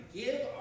give